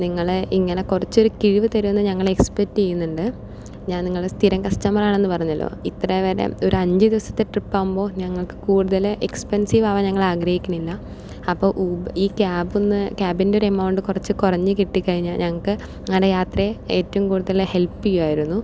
നിങ്ങള് ഇങ്ങനെ കുറച്ചൊരു കിഴിവ് തരും എന്ന് ഞങ്ങള് കുറച്ച് എക്സ്പെറ്റ് ചെയ്യുന്നുണ്ട് ഞാൻ നിങ്ങളുടെ സ്ഥിരം കസ്റ്റമറാണെന്ന് പറഞ്ഞല്ലോ ഇത്രേ വരേയും ഒരു അഞ്ച് ദിവസത്തെ ട്രിപ്പാകുമ്പോൾ ഞങ്ങൾക്ക് കൂടുതല് എക്സ്പെൻസിവാകാൻ ഞങ്ങള് ആഗ്രഹിക്കണില്ല അപ്പോൾ ഈ ഊബ് ഈ ക്യാബ് എന്ന് ക്യാമ്പിൻ്റെ ഒരു എമൗണ്ട് കുറച്ച് കുറഞ്ഞ് കിട്ടിക്കഴിഞ്ഞാൽ ഞങ്ങൾക്ക് ഞങ്ങളുടെ യാത്രയെ ഏറ്റവും കൂടുതൽ ഹെൽപ് ചെയ്യുവായിരുന്നു